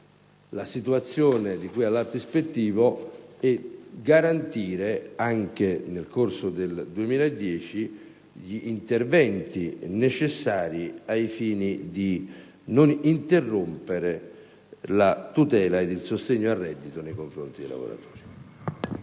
la situazione di cui all'atto ispettivo e a garantire, anche nel corso del 2010, gli interventi necessari al fine di non interrompere la tutela ed il sostegno al reddito nei confronti dei lavoratori.